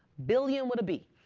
billion with a b.